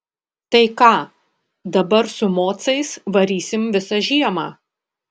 tai ką dabar su mocais varysim visą žiemą